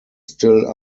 still